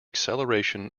acceleration